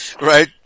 right